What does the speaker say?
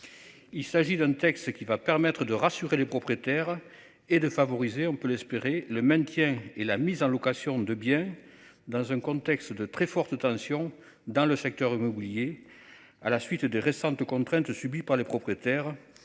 Il s'agit d'un texte qui va permettre de rassurer les propriétaires et de favoriser on peut l'espérer le maintien et la mise en location de biens dans un contexte de très forte tension dans le secteur immobilier. À la suite de récentes contrainte subie par les propriétaires